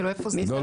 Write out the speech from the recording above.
כאילו איפה זה?